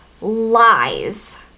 lies